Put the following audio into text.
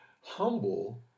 humble